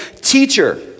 Teacher